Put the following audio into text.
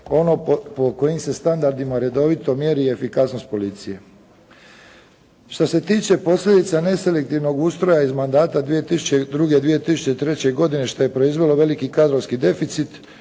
ono po kojim se standardima redovito mjeri efikasnost policije. Šta se tiče posljedica neselektivnog ustroja iz mandata 2002./2003. godine što je proizvelo veliki kadrovski deficit,